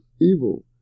evil